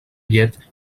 llet